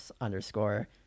underscore